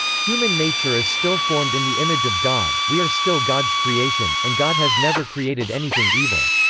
human nature is still formed in the image of god we are still god's creation, and god has never created anything evil.